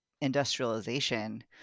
industrialization